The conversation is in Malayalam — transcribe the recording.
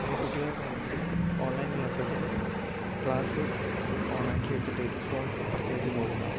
ഇന്ന് കുട്ടികൾ പലരും ഓൺലൈൻ ക്ലാസുകളിലെ ക്ലാസ്സ് ഓണാക്കി വെച്ചിട്ട് ഫോൺ അപ്പുറത്ത് വെച്ച് പോവുക